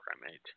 Primate